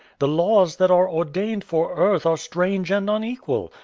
the laws that are ordained for earth are strange and unequal,